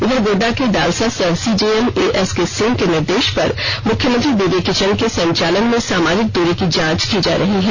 इधर गोड्डा के डालसा सह सीजेएम एसके सिंह के निर्देश पर मुख्यमंत्री दीदी किचन के संचालन में सामाजिक दूरी की जांच की जा रही है